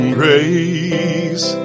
grace